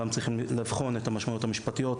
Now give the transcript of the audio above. צריכים גם לבחון את המשמעויות המשפטיות,